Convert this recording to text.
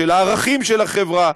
בערכים של החברה.